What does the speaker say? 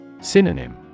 Synonym